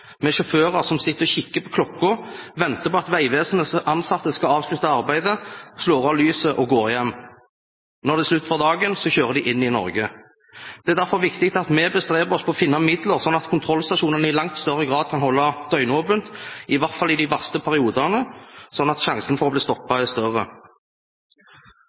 sjåfører sitter og kikker på klokka og venter på at Vegvesenets ansatte skal avslutte arbeidet, slå av lyset og gå hjem. Når det er slutt for dagen, kjører de inn i Norge. Det er derfor viktig at vi bestreber oss på å finne midler, slik at kontrollstasjonene i langt større grad kan holde døgnåpent, i hvert fall i de verste periodene, slik at sjansen for å bli stoppet er større.